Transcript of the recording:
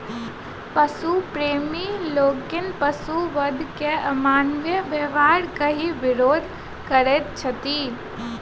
पशु प्रेमी लोकनि पशुक वध के अमानवीय व्यवहार कहि विरोध करैत छथि